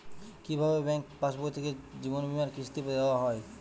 কি ভাবে ব্যাঙ্ক পাশবই থেকে জীবনবীমার কিস্তি দেওয়া হয়?